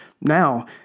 Now